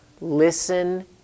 Listen